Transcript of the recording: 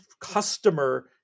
customer